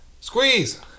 Squeeze